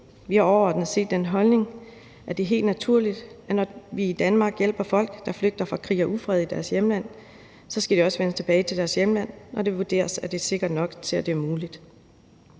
Vi har overordnet set den holdning, at det er helt naturligt, at når vi i Danmark hjælper folk, der flygter fra krig og ufred i deres hjemland, skal de også vende tilbage til deres hjemland, når det vurderes, at det er sikkert nok til, at det er muligt.